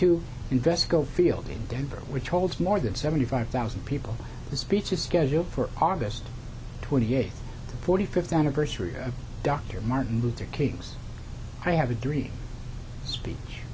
to invesco field in denver which holds more than seventy five thousand people the speech is scheduled for august twenty eighth the forty fifth anniversary of dr martin luther king's i have a dream speech